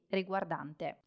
riguardante